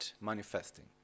manifesting